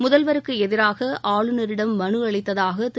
முதல்வருக்கு எதிராக ஆளுநரிடம் மனு அளித்ததாக திரு